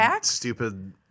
stupid